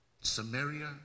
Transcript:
Samaria